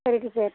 சரி டீச்சர்